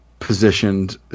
positioned